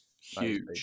Huge